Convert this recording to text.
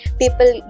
people